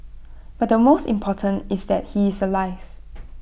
but the most important is that he is alive